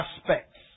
aspects